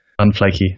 unflaky